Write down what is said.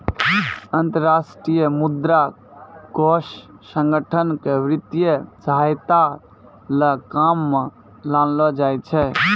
अन्तर्राष्ट्रीय मुद्रा कोष संगठन क वित्तीय सहायता ल काम म लानलो जाय छै